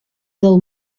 del